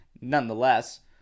nonetheless